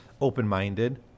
open-minded